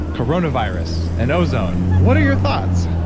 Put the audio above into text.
coronavirus and ozone, what are your thoughts?